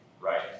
Right